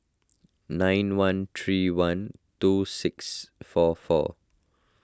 nine one three one two six four four